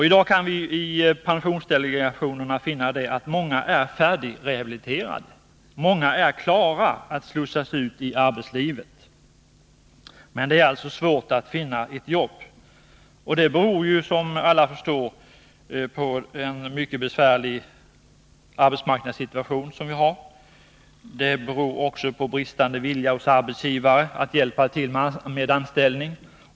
I dag kan vi i pensionsdelegationerna finna att många är färdigrehabiliterade. Många är klara att slussas ut i arbetslivet, men det är svårt att finna ett jobb. Det beror, som alla förstår, på den mycket besvärliga arbetsmarknadssituation som vi har. Det beror också på bristande vilja hos arbetsgivare att hjälpa till med anställning.